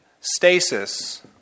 stasis